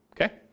Okay